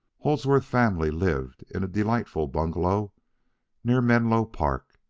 holdsworthy's family lived in a delightful bungalow near menlo park,